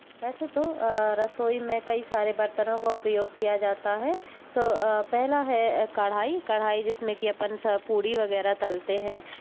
वैसे तो रसोई में कई सारे बर्तनो का प्रयोग किया जाता है तो पहला है कढ़ाई कढ़ाई जिसमें की अपन पूरी वगैरह तलते हैं